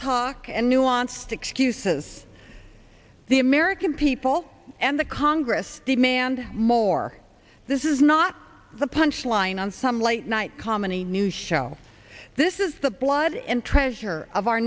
talk and nuanced excuses the american people and the congress demand more this is not the punchline on some late night comedy news show this is the blood and treasure of our